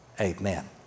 amen